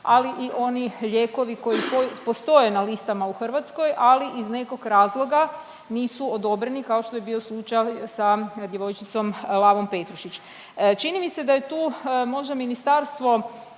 ali i oni lijekovi koji postoje na listama u Hrvatskoj, ali iz nekog razloga nisu odobreni kao što je bio slučaj sa djevojčicom Lavom Petušić. Čini mi se da je tu, možda ministarstvo